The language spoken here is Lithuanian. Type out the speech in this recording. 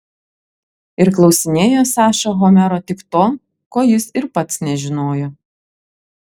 ir klausinėjo saša homero tik to ko jis ir pats nežinojo